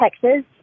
Texas